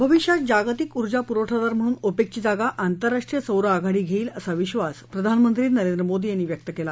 भविष्यात जागतिक ऊर्जा पुरवठादार म्हणून ओपक्षी जागा आंतरराष्ट्रीय सौर आघाडी घट्की असा विश्वास प्रधानमंत्री नरेंद्र मोदी यांनी व्यक्त कला